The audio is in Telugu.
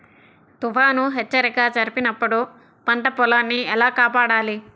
తుఫాను హెచ్చరిక జరిపినప్పుడు పంట పొలాన్ని ఎలా కాపాడాలి?